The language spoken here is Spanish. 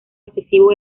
excesivo